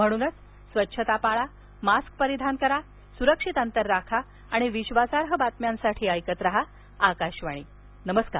म्हणूनच स्वच्छता पाळा मास्क परिधान करा सुरक्षित अंतर राखा आणि विश्वासार्ह बातम्यांसाठी ऐकत राहा आकाशवाणी नमस्कार